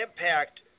Impact